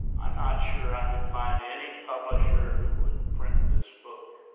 i'm not sure i could find any publisher, who would print this book,